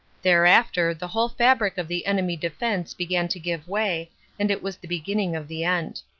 thereafter the vhole fabric of the enemy defense began to give way and it was the beginning of the end.